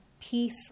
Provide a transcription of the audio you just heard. peace